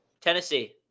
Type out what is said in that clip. Tennessee